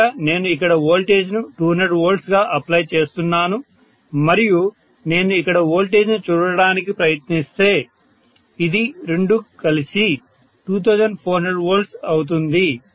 బహుశా నేను ఇక్కడ వోల్టేజ్ను 200 V గా అప్లై చేస్తున్నాను మరియు నేను ఇక్కడ వోల్టేజ్ను చూడటానికి ప్రయత్నిస్తే ఇది రెండు కలిసి 2400V అవుతుంది